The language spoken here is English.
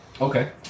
Okay